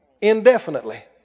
Indefinitely